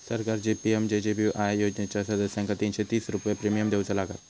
सरकारची पी.एम.जे.जे.बी.आय योजनेच्या सदस्यांका तीनशे तीनशे रुपये प्रिमियम देऊचा लागात